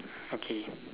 okay